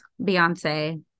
Beyonce